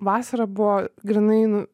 vasara buvo grynai nu